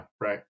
right